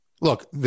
Look